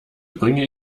bringe